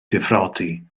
difrodi